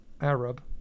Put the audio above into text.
Arab